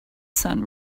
sun